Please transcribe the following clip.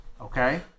Okay